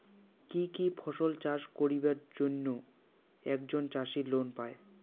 কি কি ফসল চাষ করিবার জন্যে একজন চাষী লোন পায়?